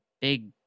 big